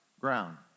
ground